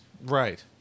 Right